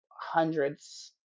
hundreds